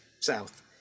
South